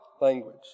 language